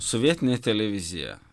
sovietinė televizija